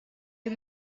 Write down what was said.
you